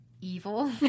evil